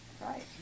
Right